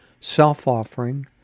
self-offering